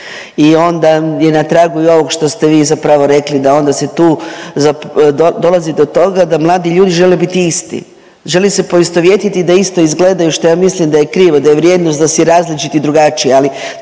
i onda je na tragu i ovog što ste vi zapravo rekli da onda se tu za…, dolazi do toga da mladi ljudi žele biti isti, želi se poistovjetiti da isto izgledaju što ja mislim da je krivo, da je vrijednost da si različit i drugačiji,